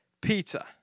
Peter